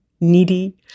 needy